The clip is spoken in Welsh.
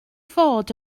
fod